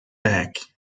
back